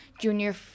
Junior